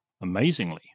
amazingly